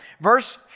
Verse